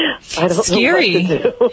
scary